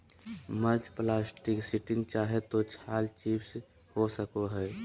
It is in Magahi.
मल्च प्लास्टीक शीटिंग चाहे तो छाल चिप्स हो सको हइ